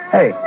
Hey